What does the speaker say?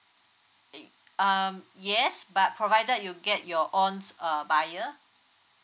y~ um yes but provided you get your own s~ err buyer